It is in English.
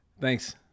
Thanks